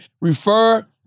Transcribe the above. Refer